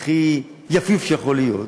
הכי יפיוף שיכול להיות.